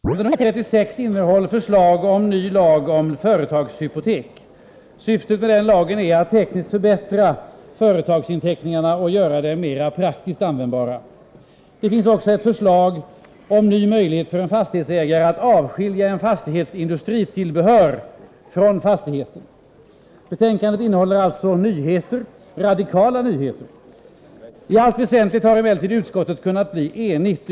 Herr talman! Jag är imponerad och tacksam över att få tala inför denna stora och intresserade samling kammarledamöter. Lagutskottets betänkande 36 innehåller förslag om ny lag om företagshypotek. Syftet med lagen är att tekniskt förbättra företagsinteckningarna och göra dem mera praktiskt användbara. Vidare innehåller betänkandet förslag om ny möjlighet för en fastighetsägare att avskilja en fastighets industritillbehör från fastigheten. Betänkandet innehåller alltså nyheter, radikala nyheter. I allt väsentligt har emellertid utskottet kunnat bli enigt.